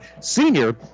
senior